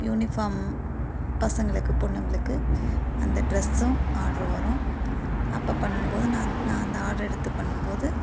uniform பசங்களுக்கு பொண்ணுங்களுக்கு அந்த ட்ரெஸும் ஆர்டரு வரும் அப்போ பண்ணும் போது நான் நான் அந்த ஆர்டரை எடுத்து பண்ணும் போது